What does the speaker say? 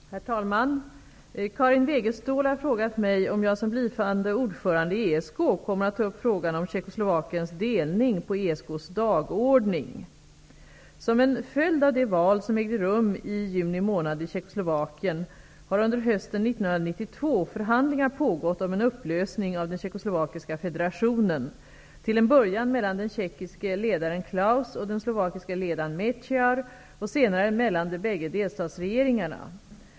Herr talman! Karin Wegestål har frågat mig om jag som blivande ordförande i ESK kommer att ta upp frågan om Tjeckoslovakiens delning på ESK:s dagordning. förhandlingar pågått om en upplösning av den tjeckoslovakiska federationen, till en början mellan den tjeckiske ledaren Klaus och den slovakiske ledaren Meciar och senare mellan de bägge delstatsregeringarna.